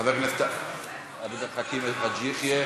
חבר הכנסת עבד אל חכים חאג' יחיא